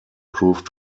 proved